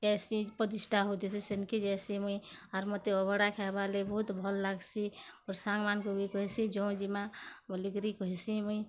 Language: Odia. ପାଏଁସି ପ୍ରତିଷ୍ଠା ହେଉଥିସି ସେନକେ ଯାଏଁସି ମୁଇଁ ଆର୍ ମୋତେ ଅବଢ଼ା ଖାଏବା ଲାଗିର୍ ବହୁତ୍ ଭଲ୍ ଲାଗସି ମୋର୍ ସାଙ୍ଗମାନକୁ ବି କହିଁସି ଯଉଁ ଯିମା ବଲିକରି କହିଁସି ମୁଇଁ